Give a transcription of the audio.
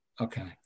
Okay